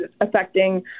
affecting